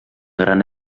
gran